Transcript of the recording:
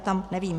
Tam nevím.